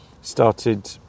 started